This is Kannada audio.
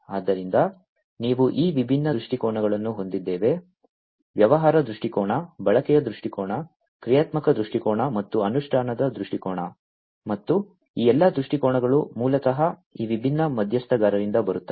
ಆದ್ದರಿಂದ ನೀವು ಈ ವಿಭಿನ್ನ ದೃಷ್ಟಿಕೋನಗಳನ್ನು ಹೊಂದಿದ್ದೇವೆ ವ್ಯವಹಾರ ದೃಷ್ಟಿಕೋನ ಬಳಕೆಯ ದೃಷ್ಟಿಕೋನ ಕ್ರಿಯಾತ್ಮಕ ದೃಷ್ಟಿಕೋನ ಮತ್ತು ಅನುಷ್ಠಾನದ ದೃಷ್ಟಿಕೋನ ಮತ್ತು ಈ ಎಲ್ಲಾ ದೃಷ್ಟಿಕೋನಗಳು ಮೂಲತಃ ಈ ವಿಭಿನ್ನ ಮಧ್ಯಸ್ಥಗಾರರಿಂದ ಬರುತ್ತವೆ